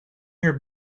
your